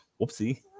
Whoopsie